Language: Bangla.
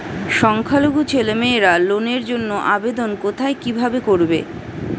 সংখ্যালঘু ছেলেমেয়েরা লোনের জন্য আবেদন কোথায় কিভাবে করবে?